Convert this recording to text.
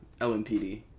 LMPD